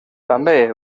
també